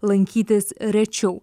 lankytis rečiau